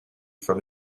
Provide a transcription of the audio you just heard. from